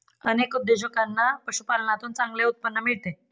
अनेक उद्योजकांना पशुपालनातून चांगले उत्पन्न मिळते